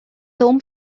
توم